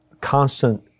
constant